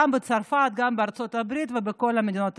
גם בצרפת, גם בארצות הברית ובכל המדינות האחרות.